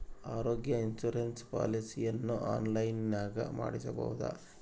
ಆರೋಗ್ಯ ಇನ್ಸುರೆನ್ಸ್ ಪಾಲಿಸಿಯನ್ನು ಆನ್ಲೈನಿನಾಗ ಮಾಡಿಸ್ಬೋದ?